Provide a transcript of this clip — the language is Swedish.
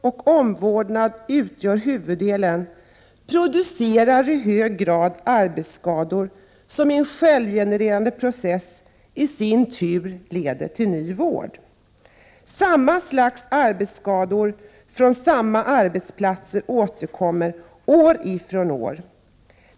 och omvårdnad utgör huvuddelen, producerar i hög grad arbetsskador som genom en självgenererande process i sin tur leder till ny vård. Samma slags arbetsskador på samma arbetsplatser återkommer år efter år.